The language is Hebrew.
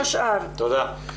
תודה.